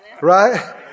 Right